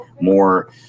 More